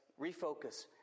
refocus